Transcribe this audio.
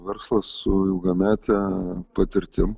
verslas su ilgamete patirtim